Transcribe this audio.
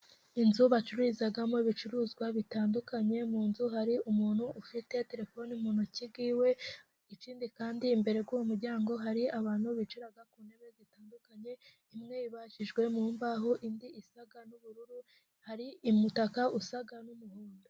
Inzu bacururizamo ibicuruzwa bitandukanye, mu nzu hari umuntu ufite telefoni mu ntoki ziwe ikindi kandi imbere y' uwo muryango, hari abantu bicaye ku ntebe zitandukanye, imwe ibajijwe mu mbaho indi isag n' ubururu, hari umutaka usa n' umuhondo.